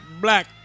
Black